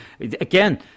again